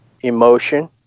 emotion